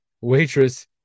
waitress